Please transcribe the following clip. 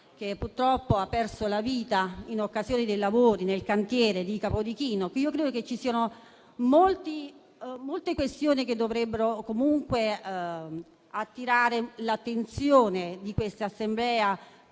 che purtroppo ha perso la vita in occasione dei lavori nel cantiere di Capodichino. Credo che ci siano molte questioni che dovrebbero comunque attirare l'attenzione dell'Assemblea,